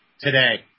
today